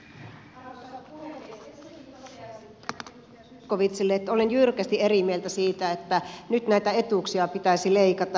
ensinnäkin toteaisin tähän edustaja zyskowiczille että olen jyrkästi eri mieltä siitä että nyt näitä etuuksia pitäisi leikata